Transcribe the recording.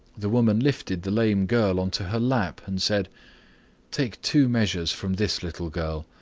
the woman lifted the lame girl on to her lap and said take two measures from this little girl.